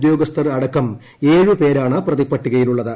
ഉദ്യോഗസ്ഥർ അടക്കം ഏഴുപേരാണ് പ്രതിപ്പട്ടികയിലുള്ളത്